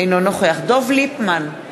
אינו נוכח דב ליפמן,